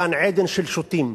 גן-עדן של שוטים.